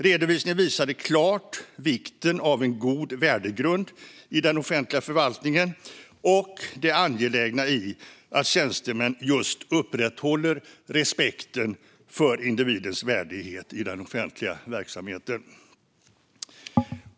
Redovisningen visade klart vikten av en god värdegrund i den offentliga förvaltningen och det angelägna i att tjänstemän just upprätthåller "respekten för individens värdighet i den offentliga verksamheten".